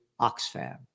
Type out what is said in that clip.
Oxfam